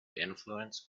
influence